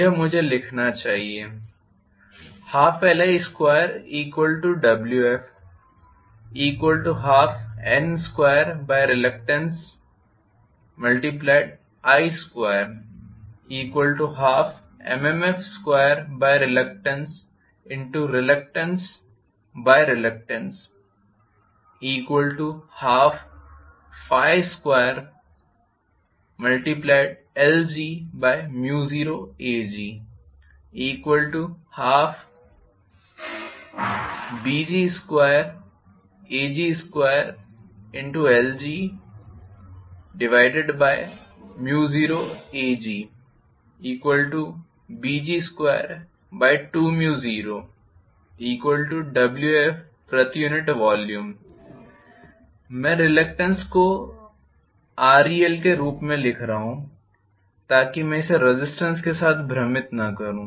यह मुझे लिखना चाहिए 12Li2Wf 12N2Reli212MMF2RelRelRel 12∅2lg0Ag12Bg2Ag2lg0AgBg220Wf प्रति यूनिट वॉल्यूम मैं रिलक्टेन्स को Rel के रूप में लिख रहा हूं ताकि मैं इसे रेज़िस्टेन्स के साथ भ्रमित न करूं